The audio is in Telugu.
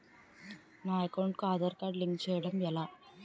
నా అకౌంట్ కు ఆధార్ కార్డ్ లింక్ చేయడం ఎలా?